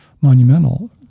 monumental